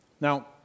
Now